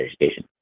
education